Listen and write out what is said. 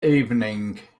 evening